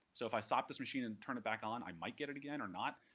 so if i stop this machine and turn it back on, i might get it again or not.